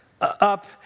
up